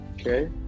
Okay